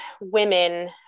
women